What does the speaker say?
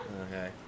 Okay